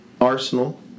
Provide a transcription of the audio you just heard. Arsenal